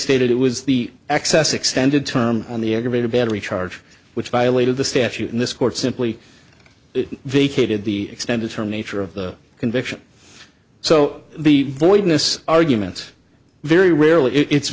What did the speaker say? stated it was the excess extended term on the aggravated battery charge which violated the statute in this court simply vacated the extended term nature of the conviction so the voidness arguments very rarely it's